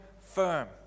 firm